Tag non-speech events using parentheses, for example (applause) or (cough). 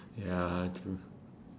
(breath) ya true true